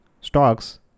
stocks